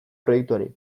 proiektuari